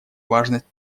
важность